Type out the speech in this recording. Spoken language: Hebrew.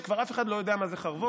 כשכבר אף אחד לא יודע מי זה חרבונה.